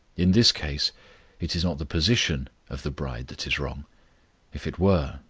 in this case it is not the position of the bride that is wrong if it were,